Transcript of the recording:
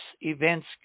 events